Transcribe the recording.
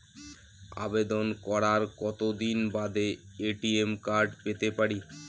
আবেদন করার কতদিন বাদে এ.টি.এম কার্ড পেতে পারি?